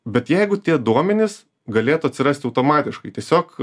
bet jeigu tie duomenys galėtų atsirasti automatiškai tiesiog